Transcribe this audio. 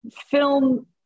Film